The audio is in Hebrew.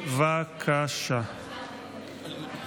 ביטול מבחני התלות לקבלת גמלת סיעוד לאזרח שמלאו